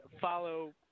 follow